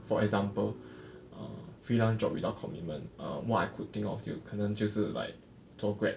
for example err freelance job without commitment err what I could think of 就可能就是 like 做 grab